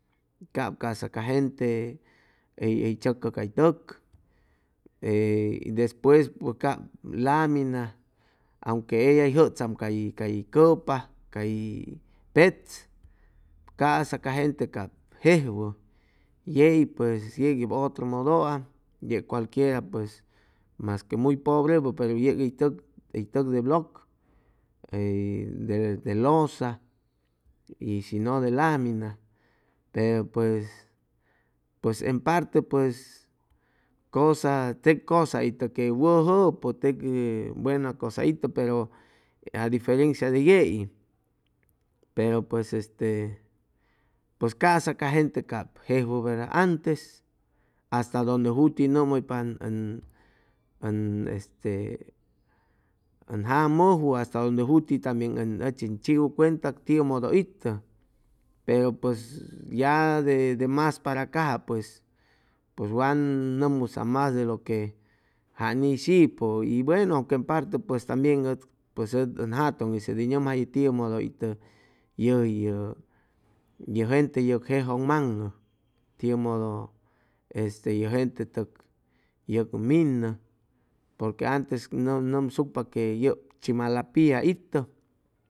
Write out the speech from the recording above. Cap ca'sa ca gente hʉy hʉy tzʉcʉ cay tʉk e despues pues cap lamina aunque eya hʉy jʉcham cay cay cʉpa cay petz ca'sa ca gente cap jejwʉ yei pues yeg otro mʉdʉam yeg cualquiera pues masque muy pobrepʉ pero yeg hʉy tʉk hʉy tʉk de block de loza y shinʉ de lamina pero pues pues en parte pues cosa teg cosa itʉ que wʉjʉpʉ teg que buena cosa itʉ pero a diferencia de yei pero pues este pues ca'sa ca gente cap jejwʉ verda antes hasta donde juti nʉmʉypa ʉn ʉn este ʉn jamʉjwʉ ʉ hasta donde juti tambien ʉchi ʉn chiʉ cuenta tiiʉmʉdʉ itʉ pero pues ya de de mas para caja pues pues wan nʉmmusam mas de lo que jan ishipʉ y buenu aunque en parte pues tambien ʉd ʉd ʉn jatʉŋ hʉy nʉmjayʉ tiʉmʉdʉ itʉ yʉ yʉ yʉ gente yʉg jejʉŋmaŋʉ tiʉmʉdʉ este yʉ gente tʉg yʉg minʉ porque antes nʉmsucpa que que yʉp chimalapilla itʉ